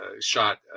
shot